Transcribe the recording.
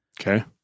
okay